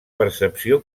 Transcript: percepció